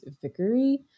Vickery